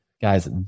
Guys